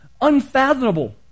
unfathomable